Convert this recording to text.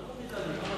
את לא מורידה לי,